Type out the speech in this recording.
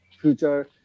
future